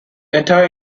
entire